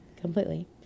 completely